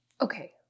Okay